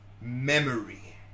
memory